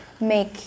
make